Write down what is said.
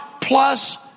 plus